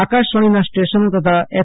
આકાશવાણીના સ્ટેશનો તથા એફ